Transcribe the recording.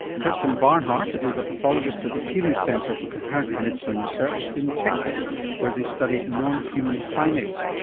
kirstin barnhart is a pathologist at the keeling center for comparative medicine and research in texas where they study non-human primates.